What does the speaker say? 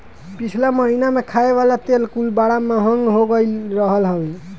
पिछला महिना में खाए वाला तेल कुल बड़ा महंग हो गईल रहल हवे